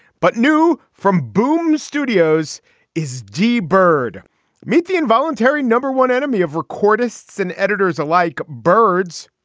but knew from boom studios is d bird meat, the involuntary number one enemy of record lists and editors alike. birds,